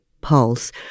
pulse